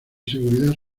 seguridad